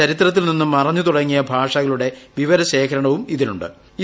ചരിത്രത്തിൽ നിന്നും മറഞ്ഞു തുടങ്ങിയ ഭാഷകളുടെ വിവരശേഖരണവും ഇതിലു്